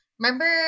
Remember